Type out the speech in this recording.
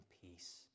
peace